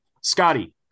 Scotty